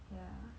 ya